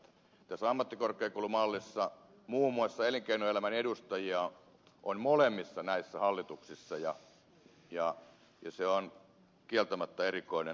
tässä ammattikorkeakoulumallissa muun muassa elinkeinoelämän edustajia on näissä molemmissa hallituksissa ja se on kieltämättä erikoinen ratkaisu